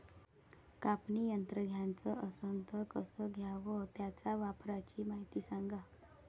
कापनी यंत्र घ्याचं असन त कस घ्याव? त्याच्या वापराची मायती सांगा